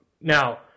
Now